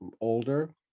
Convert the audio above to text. older